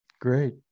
great